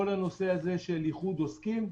כל הנושא הזה של איחוד עוסקים.